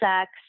sex